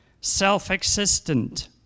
self-existent